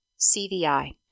CVI